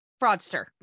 fraudster